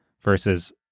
versus